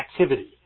activity